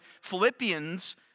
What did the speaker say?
Philippians